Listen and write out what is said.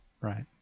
Right